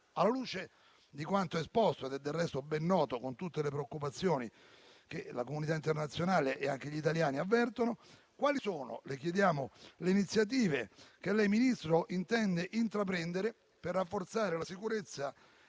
Alla luce di quanto esposto, che è del resto ben noto, con tutte le preoccupazioni che la comunità internazionale e anche gli italiani avvertono, chiediamo quali sono le iniziative che lei, signor Ministro, intende intraprendere per rafforzare la sicurezza